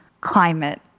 climate